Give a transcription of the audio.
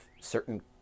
certain